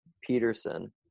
peterson